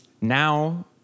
now